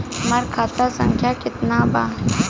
हमार खाता संख्या केतना बा?